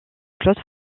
claude